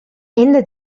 ende